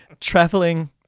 traveling